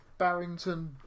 Barrington